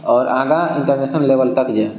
आओर आगाँ international level तक जाय